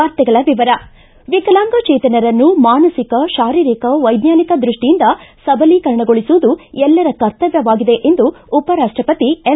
ವಾರ್ತೆಗಳ ವಿವರ ವಿಕಲಾಂಗಜೇತನರನ್ನು ಮಾನಸಿಕ ಶಾರೀರಿಕ ವೈಜ್ಞಾನಿಕ ದೃಷ್ಟಿಯಿಂದ ಸಬಲೀಕರಣಗೊಳಿಸುವುದು ಎಲ್ಲರ ಕರ್ತಮ್ಮವಾಗಿದೆ ಎಂದು ಉಪರಾಷ್ಟಪತಿ ಎಂ